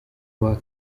roi